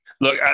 Look